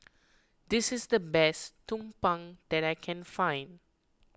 this is the best Tumpeng that I can find